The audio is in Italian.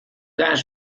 gas